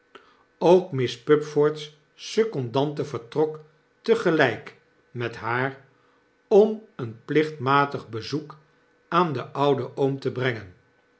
ook miss pupford's secondante vertrok tegelyk met haar om een plichtmatig bezoek aan een ouden oom te brengen